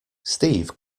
steve